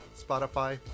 spotify